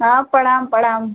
हाँ प्रणाम प्रणाम